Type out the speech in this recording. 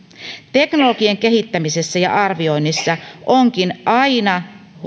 teknologian kehittämisessä ja arvioinnissa onkin aina